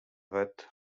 bat